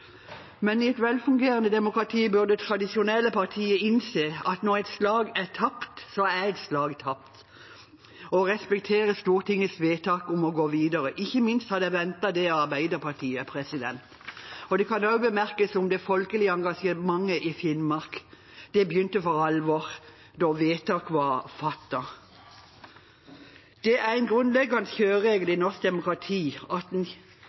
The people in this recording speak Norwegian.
men i et velfungerende demokrati burde tradisjonelle partier innse at når et slag er tapt, så er et slag tapt, og respektere Stortingets vedtak om å gå videre. Ikke minst hadde jeg ventet det av Arbeiderpartiet. Det kan også bemerkes om det folkelige engasjementet i Finnmark at det begynte for alvor da vedtak var fattet. Det er en grunnleggende